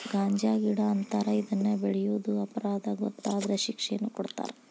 ಗಾಂಜಾಗಿಡಾ ಅಂತಾರ ಇದನ್ನ ಬೆಳಿಯುದು ಅಪರಾಧಾ ಗೊತ್ತಾದ್ರ ಶಿಕ್ಷೆನು ಕೊಡತಾರ